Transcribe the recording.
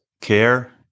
Care